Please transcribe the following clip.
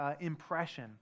impression